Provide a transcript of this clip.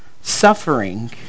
suffering